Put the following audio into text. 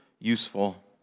useful